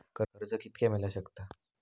कर्ज कितक्या मेलाक शकता?